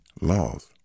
Laws